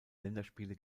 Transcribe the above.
länderspiele